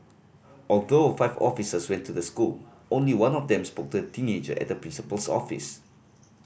although five officers went to the school only one of them spoke the teenager at the principal's office